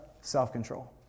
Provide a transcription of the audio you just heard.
Self-control